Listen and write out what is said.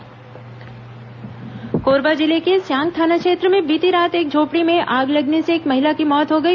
आगजनी कोरबा जिले के स्यांग थाना क्षेत्र में बीती रात एक झोपड़ी में आग लगने से एक महिला की मौत हो गई